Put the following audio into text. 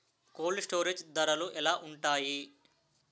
Cold storage ధరలు ఎలా ఉంటాయి?